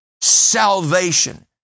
salvation